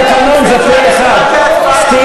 התקנון מאפשר לך להגיד מה שאתה רוצה.